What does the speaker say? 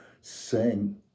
sing